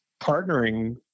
partnering